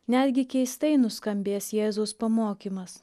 netgi keistai nuskambės jėzaus pamokymas